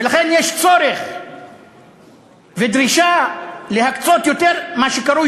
ולכן יש צורך ודרישה להקצות יותר מה שקרוי